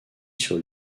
sur